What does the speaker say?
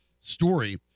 story